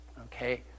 Okay